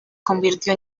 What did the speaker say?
convirtió